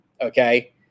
okay